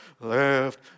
left